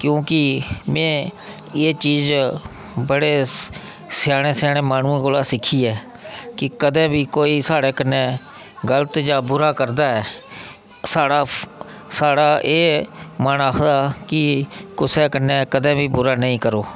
क्योंकि में इ'यै चीज़ बड़े स्याने स्याने माह्नुएं कोला सिक्खी ऐ कि कदें बी कोई साढ़े कन्नै गलत जां बुरा करदा ऐ साढ़ा साढ़ा एह् मन आखदा कुसै कन्नै कदें बुरा नेईं करो